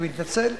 אני מתנצל,